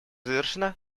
завершена